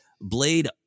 Blade